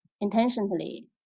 intentionally